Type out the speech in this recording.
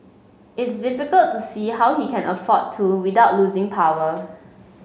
it's difficult to see how he can afford to without losing power